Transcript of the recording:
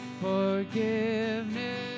Forgiveness